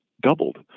doubled